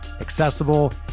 accessible